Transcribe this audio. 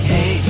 Hey